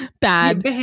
bad